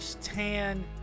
tan